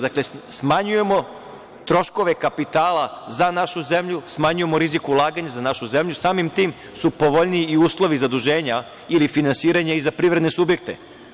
Dakle, smanjujemo troškove kapitala za našu zemlju, smanjujemo rizik ulaganja za našu zemlju, samim tim su povoljniji i uslovi zaduženja ili finansiranja i za privredne subjekte.